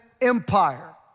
Empire